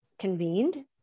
convened